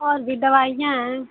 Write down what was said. और भी दवाइयाँ हैं